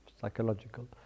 psychological